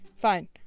Fine